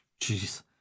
Jeez